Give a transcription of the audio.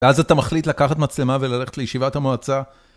ואז אתה מחליט לקחת מצלמה וללכת לישיבת המועצה.